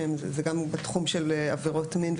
אבל גם בתחום של עבירות מין,